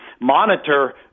monitor